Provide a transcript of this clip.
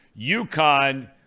UConn